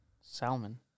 Salmon